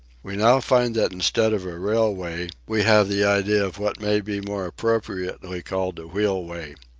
we now find that instead of a railway we have the idea of what may be more appropriately called a wheelway.